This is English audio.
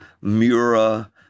Mura